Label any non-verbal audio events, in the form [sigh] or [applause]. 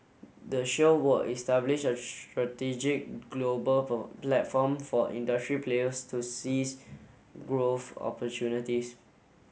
the show will establish a strategic global [unintelligible] platform for industry players to seize growth opportunities